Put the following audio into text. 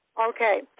Okay